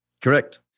Correct